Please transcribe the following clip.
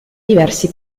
diversi